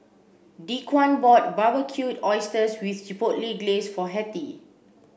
Dequan bought Barbecued Oysters with Chipotle Glaze for Hettie